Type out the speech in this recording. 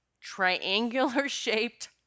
triangular-shaped